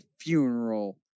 funeral